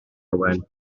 owen